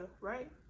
right